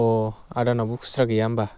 अ आदानावबो खुस्रा गैया होमब्ला